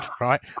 right